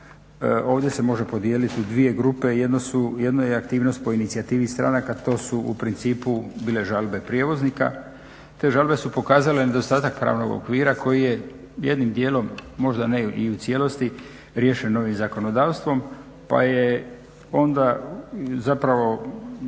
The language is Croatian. ovdje se može podijeliti u dvije grupe, jedno je aktivnost po inicijativi stranaka. To su u principu bile žalbe prijevoznika. Te žalbe su pokazale nedostatak pravnog okvira koji je jednim dijelom, možda ne i u cijelosti riješen novim zakonodavstvom pa je onda zapravo